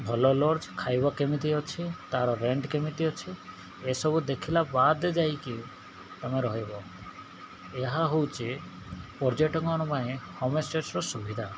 ଭଲ ଲଜ୍ ଖାଇବା କେମିତି ଅଛି ତାର ରେଣ୍ଟ୍ କେମିତି ଅଛି ଏସବୁ ଦେଖିଲା ବାଦ ଯାଇକି ତମେ ରହିବ ଏହା ହେଉଛି ପର୍ଯ୍ୟଟକମାନ ପାଇଁ ଆବଶ୍ୟକ ସୁବିଧା